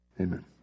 Amen